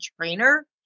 trainer